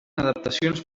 adaptacions